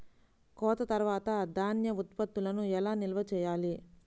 కోత తర్వాత ధాన్య ఉత్పత్తులను ఎలా నిల్వ చేయాలి?